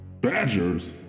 Badgers